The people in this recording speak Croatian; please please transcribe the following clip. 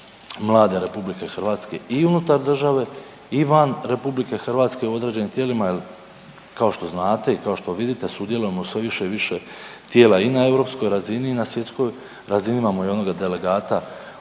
mlade RH i unutar države i van RH u određenim tijelima jer kao što znate i kao što vidite, sudjelujemo sve više tijela i na EU razini i na svjetskoj razini imamo i onoga delegata u UN-u koji